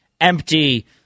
empty